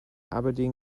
aberdeen